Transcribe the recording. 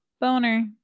Boner